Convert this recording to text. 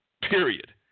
period